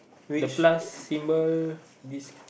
the plus symbol des~